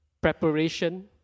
preparation